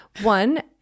One